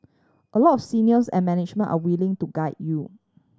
a lot of seniors and management are willing to guide you